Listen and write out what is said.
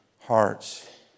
hearts